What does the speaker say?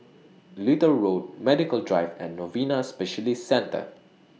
Little Road Medical Drive and Novena Specialist Centre